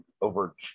over